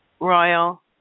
royal